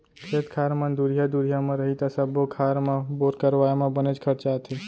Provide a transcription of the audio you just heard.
खेत खार मन दुरिहा दुरिहा म रही त सब्बो खार म बोर करवाए म बनेच खरचा आथे